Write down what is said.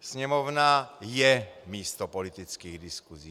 Sněmovna je místo politických diskusí.